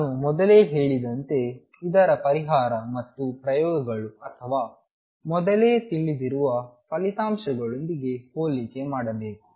ನಾನು ಮೊದಲೇ ಹೇಳಿದಂತೆ ಇದರ ಪರಿಹಾರ ಮತ್ತು ಪ್ರಯೋಗಗಳುಅಥವಾ ಮೊದಲೇ ತಿಳಿದಿರುವ ಫಲಿತಾಂಶಗಳೊಂದಿಗೆ ಹೋಲಿಕೆ ಮಾಡಬೇಕು